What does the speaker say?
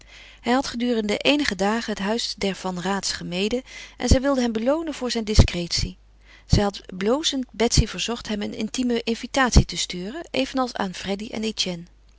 hij had gedurende eenige dagen het huis der van raats gemeden en zij wilde hem beloonen voor zijn discretie zij had blozend betsy verzocht hem een intieme invitatie te sturen evenals aan freddy en